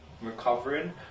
recovering